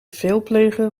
veelpleger